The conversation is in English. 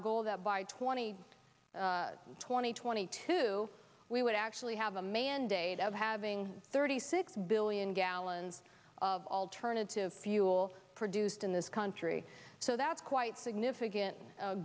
a goal that by twenty twenty twenty two we would actually have a mandate of having thirty six billion gallons of alternative fuel produced in this country so that's quite significant